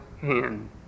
hand